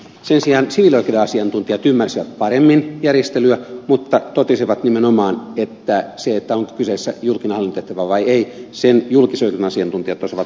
sen sijaan siviilioikeuden asiantuntijat ymmärsivät paremmin järjestelyä mutta totesivat nimenomaan että sen onko kyseessä julkinen hallintotehtävä vai ei julkisoikeudenasiantuntijat osaavat paremmin arvioida